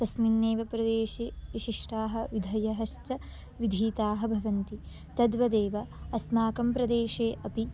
तस्मिन्नेव प्रदेशे विशिष्टाः विधयःश्च विधीताः भवन्ति तद्वदेव अस्माकं प्रदेशे अपि